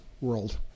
world